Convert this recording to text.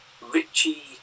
Richie